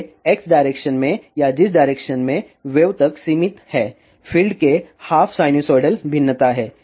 वे x direction में या जिस डायरेक्शन में वेव तक सीमित हैं फील्ड के हाफ साइनसोइडल भिन्नता हैं